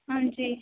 ਹਾਂਜੀ